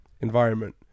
environment